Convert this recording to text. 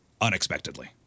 unexpectedly